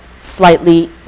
slightly